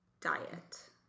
diet